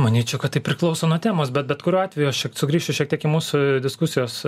manyčiau kad tai priklauso nuo temos bet bet kuriuo atveju aš čia sugrįščiau šiek tiek į mūsų diskusijos